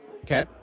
Okay